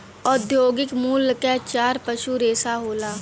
औद्योगिक मूल्य क चार पसू रेसा होला